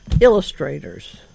illustrators